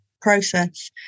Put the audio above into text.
process